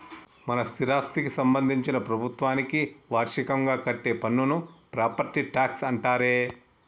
మన స్థిరాస్థికి సంబందించిన ప్రభుత్వానికి వార్షికంగా కట్టే పన్నును ప్రాపట్టి ట్యాక్స్ అంటారే